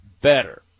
better